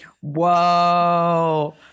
Whoa